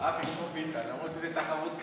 לא נטו.